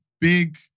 big